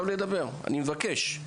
לדבר, אני מבקש.